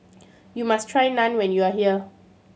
you must try Naan when you are here